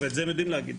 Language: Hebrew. ואת זה הם יודעים להגיד.